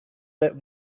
that